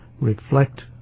reflect